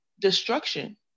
destruction